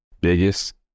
biggest